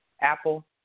Apple